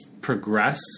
progress